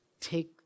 take